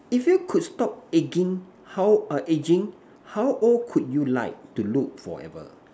if you could stop egging how uh aging how old could you like to look forever